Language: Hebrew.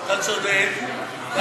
אתה צודק, אתה צודק.